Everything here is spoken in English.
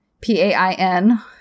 P-A-I-N